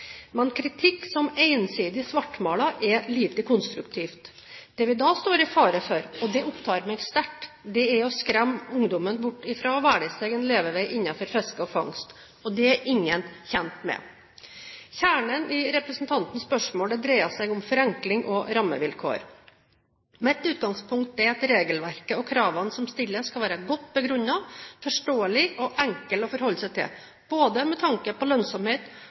Men kritikk som ensidig svartmaler, er lite konstruktiv. Det vi da står i fare for – og det opptar meg sterkt – er å skremme ungdommen bort fra å velge seg en levevei innenfor fiske og fangst. Og det er ingen tjent med. Kjernen i representantens spørsmål dreier seg om forenkling og rammevilkår. Mitt utgangspunkt er at regelverk og krav som stilles, skal være godt begrunnet, forståelige og enkle å forholde seg til, med tanke på både lønnsomhet